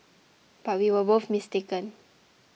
but we were both mistaken